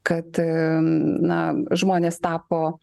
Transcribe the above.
kad na žmonės tapo